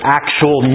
actual